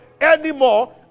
anymore